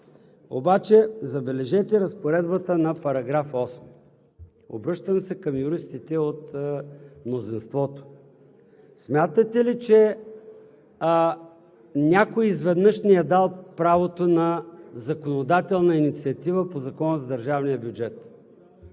Обаче забележете разпоредбата на § 8 – обръщам се към юристите от мнозинството: смятате ли, че някой изведнъж ни е дал правото на законодателна инициатива по Закона за държавния бюджет?